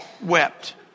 wept